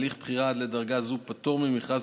הליך בחירה עד לדרגה זו פטור ממכרז